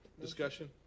Discussion